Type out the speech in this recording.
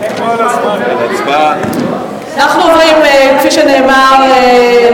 כפי שנאמר,